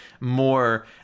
more